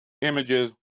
images